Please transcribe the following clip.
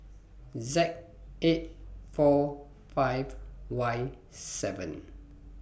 Z eight four five Y seven